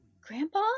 Grandpa